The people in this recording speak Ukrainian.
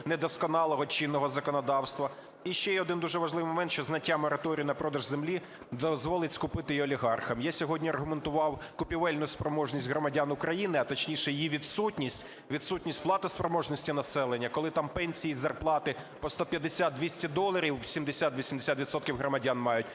недосконалого чинного законодавства. І ще є один дуже важливий момент, що зняття мораторію на продаж землі дозволить скупити і олігархам. Я сьогодні аргументував купівельну спроможність громадян України, а точніше її відсутність, відсутність платоспроможності населення, коли там пенсії і зарплати по 150-200 доларів 70-80 відсотків громадян мають,